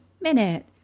minute